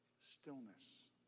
stillness